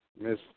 Miss